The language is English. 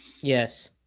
Yes